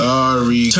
Sorry